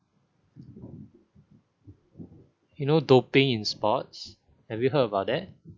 you know doping in sports have you heard about that